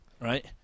right